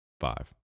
five